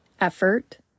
effort